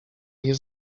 nie